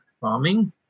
farming